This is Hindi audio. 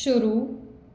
शुरू